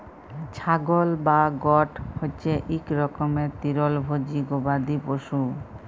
ছাগল বা গট হছে ইক রকমের তিরলভোজী গবাদি পশু